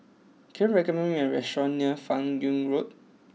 can you recommend me a restaurant near Fan Yoong Road